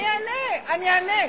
אני אענה, אני אענה.